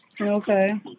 Okay